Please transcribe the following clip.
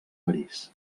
parís